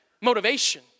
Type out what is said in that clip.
motivation